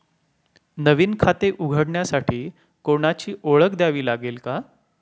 नवीन खाते उघडण्यासाठी कोणाची ओळख द्यावी लागेल का?